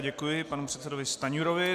Já děkuji panu předsedovi Stanjurovi.